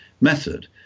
method